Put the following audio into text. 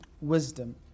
wisdom